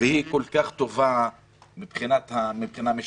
והיא כל כך טובה מבחינה משטרית,